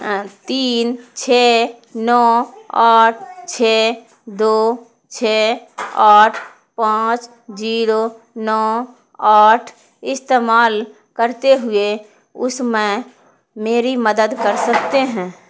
تین چھ نو آٹھ چھ دو چھ آٹھ پانچ زیرو نو آٹھ استعمال کرتے ہوئے اس میں میری مدد کر سکتے ہیں